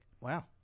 Wow